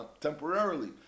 temporarily